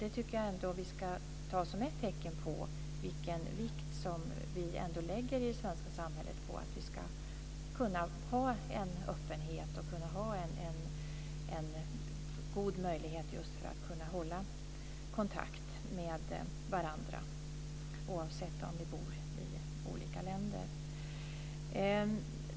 Det tycker jag ändå att vi ska ta som ett tecken på vilken vikt vi ändå lägger i det svenska samhället vid att vi ska kunna ha en öppenhet och en god möjlighet att hålla kontakt med varandra, oavsett om vi bor i olika länder.